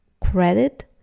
credit